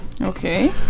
okay